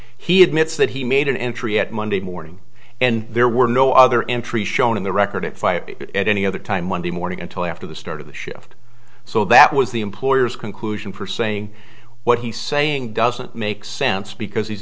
he admits that he made an entry at monday morning and there were no other entries shown in the record it at any other time monday morning until after the start of the shift so that was the employer's conclusion for saying what he's saying doesn't make sense because he's